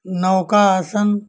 नौका आसन